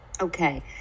okay